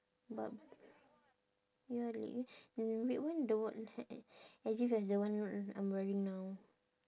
but ya and the red one the one as if as the one I'm wearing now